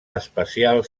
especial